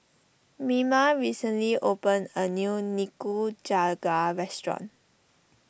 Mima recently opened a new Nikujaga restaurant